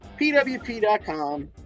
PWP.com